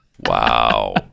wow